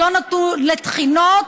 זה לא נתון לתחינות,